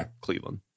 cleveland